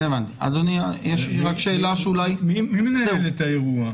מי מנהל את האירוע?